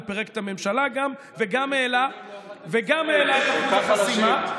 הוא גם פירק את הממשלה וגם העלה את אחוז החסימה.